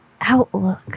Outlook